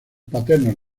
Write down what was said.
paternos